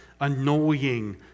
annoying